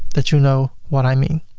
that you know what i mean.